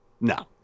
no